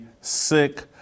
sick